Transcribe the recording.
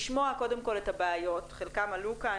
לשמוע קודם כל את הבעיות שחלקן עלו כאן,